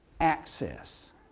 access